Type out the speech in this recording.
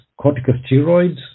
corticosteroids